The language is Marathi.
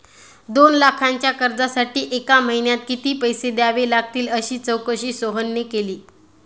दोन लाखांच्या कर्जासाठी एका महिन्यात किती पैसे द्यावे लागतील अशी चौकशी सोहनने केली